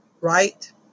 right